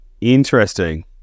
interesting